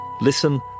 Listen